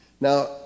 Now